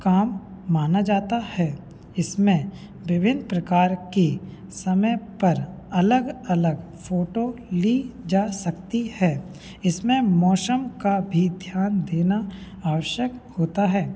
काम माना जाता है इसमें विभिन्न प्रकार की समय पर अलग अलग फोटो ली जा सकती है इसमें मौसम का भी ध्यान देना आवश्यक होता है